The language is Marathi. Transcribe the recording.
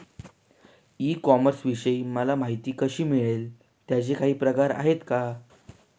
ई कॉमर्सविषयी मला माहिती कशी मिळेल? त्याचे काही प्रकार आहेत का?